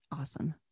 Awesome